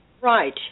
Right